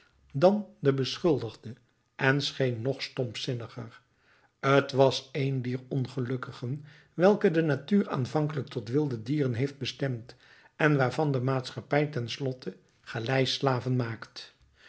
dan de beschuldigde en scheen nog stompzinniger t was een dier ongelukkigen welke de natuur aanvankelijk tot wilde dieren heeft bestemd en waarvan de maatschappij ten slotte galeislaven maakt